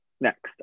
next